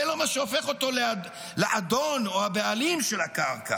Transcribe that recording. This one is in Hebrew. זה לא מה שהופך אותו לאדון או לבעלים של הקרקע.